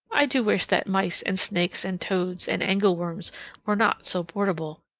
i do wish that mice and snakes and toads and angleworms were not so portable.